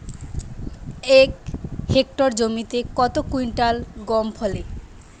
এক হেক্টর জমিতে কত কুইন্টাল গম ফলে?